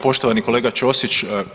Poštovani kolega Ćosić.